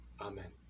Amen